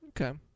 Okay